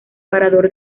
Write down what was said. parador